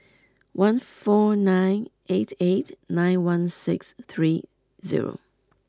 one four nine eight eight nine one six three zero